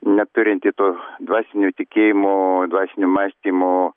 neturinti to dvasinio tikėjimo dvasinio mąstymo